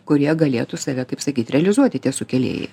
kurie galėtų save kaip sakyt realizuoti tie sukėlėjai